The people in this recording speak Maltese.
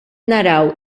naraw